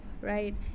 right